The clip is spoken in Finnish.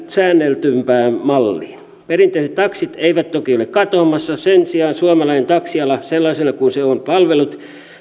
säännellympään malliin perinteiset taksit eivät toki ole katoamassa sen sijaan suomalainen taksiala sellaisena kuin se on palvellut